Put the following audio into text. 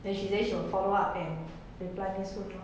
then she say she will follow up and reply me soon lor